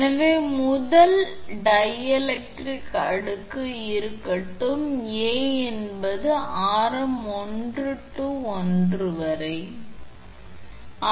எனவே முதல் டைஎலெக்ட்ரிக் அடுக்கு இருக்கட்டும் A என்பது ஆரம் to1 வரை மற்றும் ஆரம் 1 மற்றும் R க்கு இடையில் டைஎலெக்ட்ரிக் B இன் அடுக்கு ஆகும்